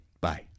Bye